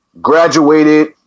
graduated